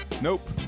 Nope